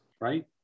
right